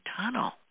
tunnel